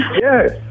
Yes